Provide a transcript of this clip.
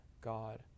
God